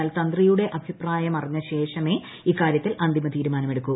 എന്നാൽ തന്ത്രിയുടെ അഭിപ്രായം അറിഞ്ഞശേഷമെ ഇക്കാര്യത്തിൽ അന്തിമ തീരുമാനമുണ്ടാകു